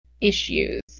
issues